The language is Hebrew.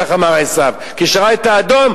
כך אמר עשו כשראה את האדום,